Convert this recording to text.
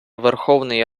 верховної